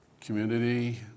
community